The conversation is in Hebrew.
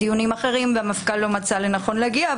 דיונים אחרים שהמפכ"ל לא מצא לנכון להגיע,